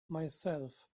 myself